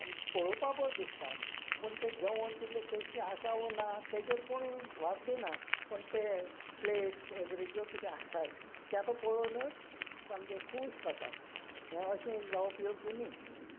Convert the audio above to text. आनी पळोवपा बऱ्यो दिसतात पूण तें जेवण तितलें टेस्टी आसा वा ना ताजेर कोण भार दिनात पण तें प्लेट्स वैगरे ज्यो कितें आसा ताका पळोनूच सामके खूश जातात हें अशें जावप योग्य न्ही